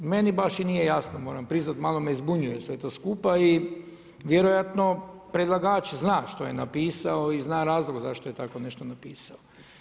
Meni baš i nije jasno moram priznat malo me i zbunjuje sve to skupa i vjerojatno predlagač zna što je napisao i zna razlog zašto je nešto tako napisao.